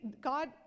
God